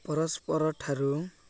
ପରସ୍ପରଠାରୁ